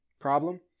problem